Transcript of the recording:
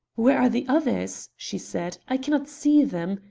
where are the others? she said. i cannot see them.